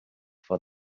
for